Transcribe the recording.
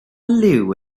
liw